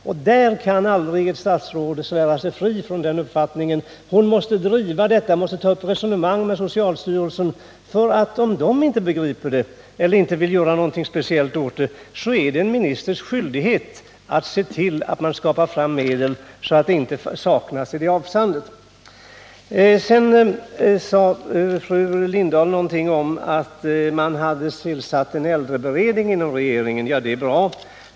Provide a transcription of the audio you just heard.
Statsrådet kan aldrig svära sig fri från att ta ställning i en sådan fråga. Hon måste driva den här saken, bl.a. genom att ta upp resonemang med socialstyrelsen. Om de inte begriper eller inte vill göra något åt saken är det en ministers skyldighet att se till att medel inte saknas i det här avseendet. Fru Lindahl sade att regeringen tillsatt en äldreutredning. Det är bra.